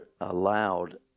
allowed